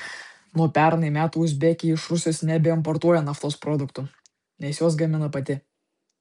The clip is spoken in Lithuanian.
nuo pernai metų uzbekija iš rusijos nebeimportuoja naftos produktų nes juos gamina pati